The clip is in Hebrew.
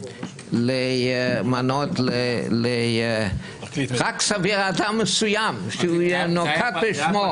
למנות רק אדם מסוים, שהוא נקט בשמו.